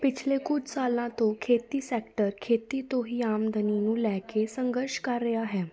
ਪਿਛਲੇ ਕੁਛ ਸਾਲਾਂ ਤੋਂ ਖੇਤੀ ਸੈਕਟਰ ਖੇਤੀ ਤੋਂ ਹੀ ਆਮਦਨੀ ਨੂੰ ਲੈ ਕੇ ਸੰਘਰਸ਼ ਕਰ ਰਿਹਾ ਹੈ